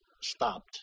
stopped